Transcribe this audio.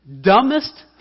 dumbest